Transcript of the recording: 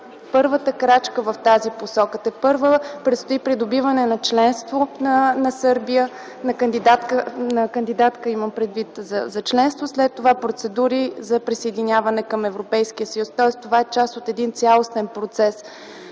първата крачка в тази посока. Тепърва предстои придобиване на членство на Сърбия, на кандидатка – имам предвид за членство, след това процедури за присъединяване към Европейския съюз. Тоест това е част от един цялостен процес.